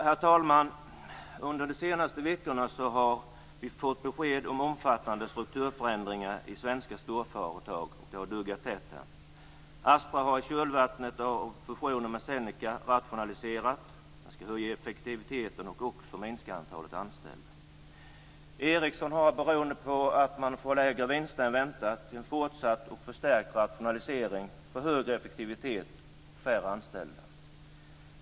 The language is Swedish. Herr talman! Under de senaste veckorna har vi fått besked om omfattande strukturförändringar i svenska storföretag. De har duggat tätt. Astra har i kölvattnet av fusionen med Zeneca rationaliserat. Man skall öka effektiviteten och också minska antalet anställda. Ericsson funderar, beroende på att man får lägre vinst än väntat, på en fortsatt och förstärkt rationalisering för ökad effektivitet och färre anställda.